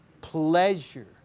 pleasure